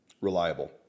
Reliable